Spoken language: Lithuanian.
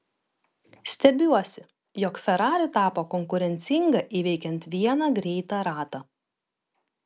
stebiuosi jog ferrari tapo konkurencinga įveikiant vieną greitą ratą